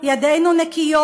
ידינו נקיות.